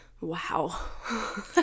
wow